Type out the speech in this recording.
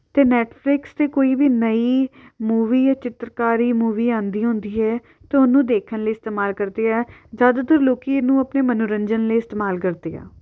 ਅਤੇ ਨੈੱਟਫਲਿਕਸ 'ਤੇ ਕੋਈ ਵੀ ਨਈ ਮੂਵੀ ਜਾਂ ਚਿੱਤਰਕਾਰੀ ਮੂਵੀ ਆਉਂਦੀ ਹੁੰਦੀ ਹੈ ਤਾਂ ਉਹਨੂੰ ਦੇਖਣ ਲਈ ਇਸਤੇਮਾਲ ਕਰਦੇ ਹੈ ਜ਼ਿਆਦਾਤਰ ਲੋਕ ਇਹਨੂੰ ਆਪਣੇ ਮਨੋਰੰਜਨ ਲਈ ਇਸਤੇਮਾਲ ਕਰਦੇ ਆ